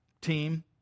team